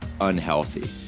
unhealthy